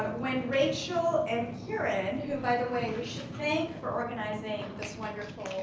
when rachel and kiran, who by the way, we should thank for organizing this wonderful